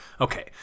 okay